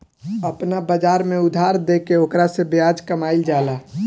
आपना बाजार में उधार देके ओकरा से ब्याज कामईल जाला